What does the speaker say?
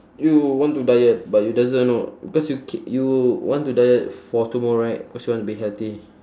you want to diet but you doesn't know because you k~ you want to diet for tomorrow right cause you want to be healthy